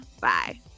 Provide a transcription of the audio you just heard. Bye